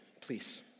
please